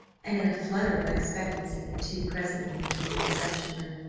and in a flutter of expectancy the two presently entered the reception-room.